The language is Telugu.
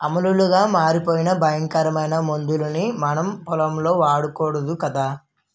ఆమ్లాలుగా మారిపోయే భయంకరమైన మందుల్ని మనం పొలంలో వాడకూడదు కదా